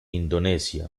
indonesia